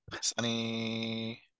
sunny